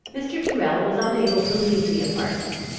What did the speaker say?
mr. tyrrel was unable to leave the apartment.